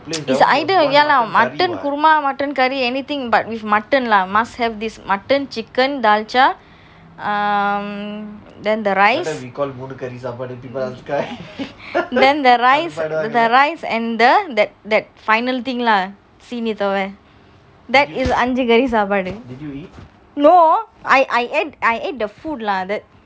it's either ya lah mutton kurma mutton curry anything but with mutton lah must have this mutton chicken dalcha err then the rice then the rice the rice and the that that final thing lah சீனிதாவை:seenithova that is அஞ்சி காரி சாப்பாடு:anji kaari sapaadu no I I ate I ate the food lah that